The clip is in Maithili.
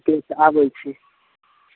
ठीक छै आबय छी